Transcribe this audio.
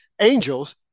angels